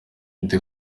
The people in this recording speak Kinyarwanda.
indi